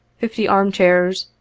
fifty arm chairs,